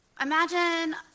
Imagine